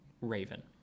Raven